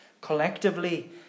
collectively